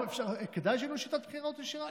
כדאי שינוי שיטת בחירות לישירה?